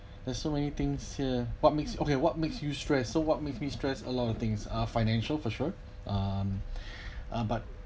there's so many things here what makes okay what makes you stress so what makes me stress a lot of things uh financial for sure um uh but